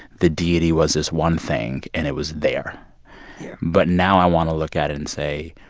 the deity was this one thing, and it was there yeah but now i want to look at it and say,